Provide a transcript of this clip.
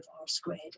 R-squared